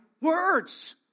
words